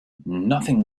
nothing